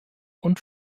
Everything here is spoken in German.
und